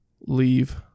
leave